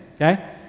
okay